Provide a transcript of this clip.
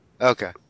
Okay